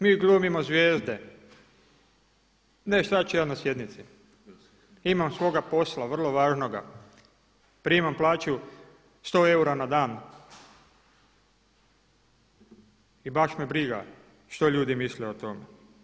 Mi glumimo zvijezde, ne šta ću ja na sjednici, imam svoga posla, vrlo važnoga, primam plaću 100 eura na dan i baš me briga što ljudi misle o tome.